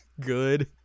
Good